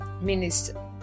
minister